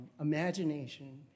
imagination